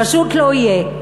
פשוט לא יהיה.